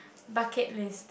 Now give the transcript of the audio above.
bucket list